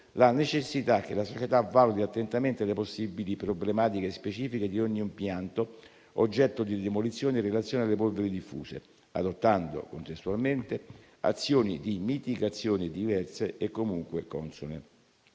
la necessità che la società valuti attentamente le possibili problematiche specifiche di ogni impianto oggetto di demolizione in relazione alle polveri diffuse, adottando contestualmente azioni di mitigazione diverse e comunque consone.